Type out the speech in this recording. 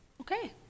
Okay